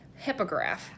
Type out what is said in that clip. Hippograph